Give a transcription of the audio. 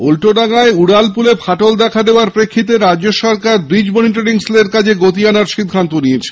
উল্টোডাঙ্গায় উড়ালপুলে ফাটল দেখা দেওয়ার প্রেক্ষিতে রাজ্য সরকার ব্রিজ মনিটরিং সেলের কাজে গতি আনার সিদ্ধান্ত নিয়েছে